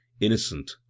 innocent